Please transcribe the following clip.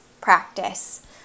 practice